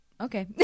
Okay